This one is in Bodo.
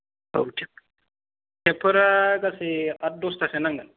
औ थेब थेब फोरा गासै आथ दसथासो नांगोन